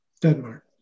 Denmark